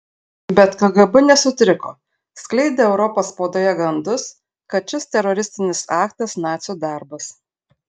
bet kgb nesutriko skleidė europos spaudoje gandus kad šis teroristinis aktas nacių darbas